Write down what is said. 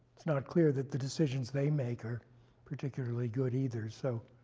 it's not clear that the decisions they make are particularly good either. so,